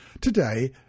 Today